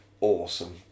awesome